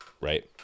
right